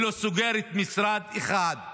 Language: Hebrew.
ולא סוגרת משרד אחד.